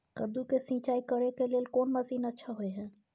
कद्दू के सिंचाई करे के लेल कोन मसीन अच्छा होय है?